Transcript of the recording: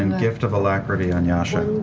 and gift of alacrity on yasha.